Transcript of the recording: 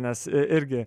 nes i irgi